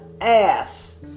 ass